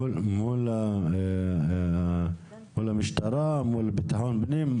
מול המשטרה, מול ביטחון פנים?